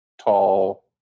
tall